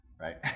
right